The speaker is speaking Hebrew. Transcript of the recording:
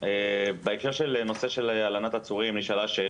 בהקשר של נושא של הלנת עצורים, נשאלה שאלה,